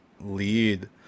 lead